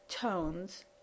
tones